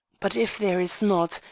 but if there is not,